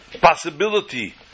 possibility